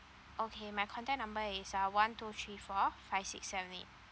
okay my contact number is uh one two three four five six seven eight